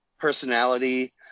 personality